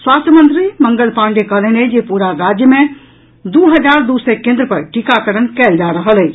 स्वास्थ्य मंत्री मंगल पांडे कहलनि अछि जे पूरा राज्य मे दू हजार दू सय केन्द्र पर टीकाकरण कयल जा रहल अछि